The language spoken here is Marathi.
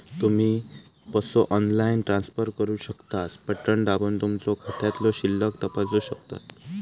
तुम्ही पसो ऑनलाईन ट्रान्सफर करू शकतास, बटण दाबून तुमचो खात्यातलो शिल्लक तपासू शकतास